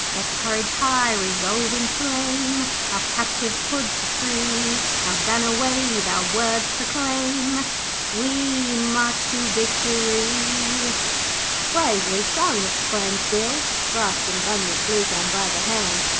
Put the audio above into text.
let courage high resolve inflame our captive pud to free our banner wave, our words proclaim we march to victory bravely sung exclaimed bill grasping bunyip bluegum by the hand,